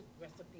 recipe